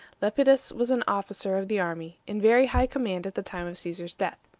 lepidus was an officer of the army, in very high command at the time of caesar's death.